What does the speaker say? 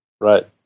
right